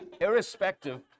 irrespective